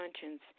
conscience